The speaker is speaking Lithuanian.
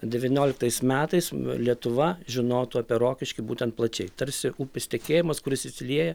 devynioliktais metais lietuva žinotų apie rokiškį būtent plačiai tarsi upės tekėjimas kuris įsilieja